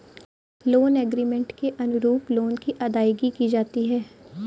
loan agreement के अनुरूप loan की अदायगी की जाती है